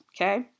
Okay